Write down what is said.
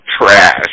trash